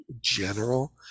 general